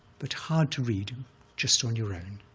but hard to read just on your own,